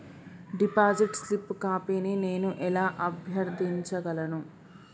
Deposit slip కాపీని నేను ఎలా అభ్యర్థించగలను?